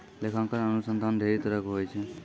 लेखांकन अनुसन्धान ढेरी तरहो के होय छै